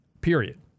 Period